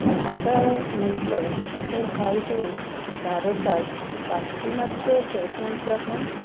पण आता म्हटलं तर हळूहळू भारतात पाश्चिमात्य फॅशनचा पण